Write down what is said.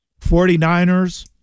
49ers